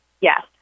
yes